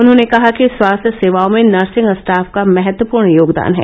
उन्होंने कहा कि स्वास्थ्य सेवाओं में नर्सिंग स्टाफ का महत्वपूर्ण योगदान है